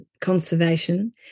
conservation